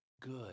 good